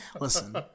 Listen